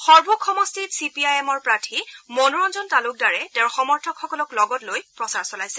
সৰভোগ সমষ্টিত C P I M প্ৰাৰ্থী মনোৰঞ্জন তালুকদাৰে তেওঁৰ সমৰ্থকসকলক লগত লৈ প্ৰচাৰ চলাইছে